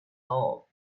all